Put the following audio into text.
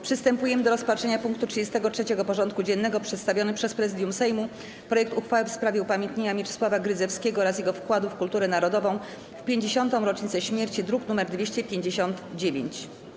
Przystępujemy do rozpatrzenia punktu 33. porządku dziennego: Przedstawiony przez Prezydium Sejmu projekt uchwały w sprawie upamiętnienia Mieczysława Grydzewskiego oraz jego wkładu w kulturę narodową w 50. rocznicę śmierci (druk nr 259)